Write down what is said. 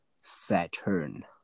saturn